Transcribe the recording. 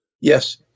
Yes